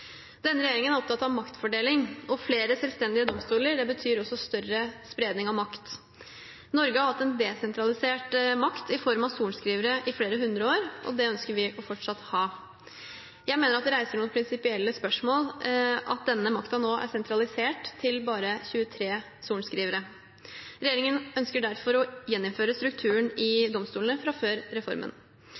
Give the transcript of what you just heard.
Denne regjeringen er opptatt av maktfordeling, og flere selvstendige domstoler betyr større spredning av makt. Norge har hatt desentralisert makt i form av sorenskrivere i flere hundre år, og det ønsker vi fortsatt å ha. Jeg mener det reiser noen prinsipielle spørsmål at denne makten nå er sentralisert til bare 23 sorenskrivere. Regjeringen ønsker derfor å gjeninnføre strukturen i domstolene fra før reformen.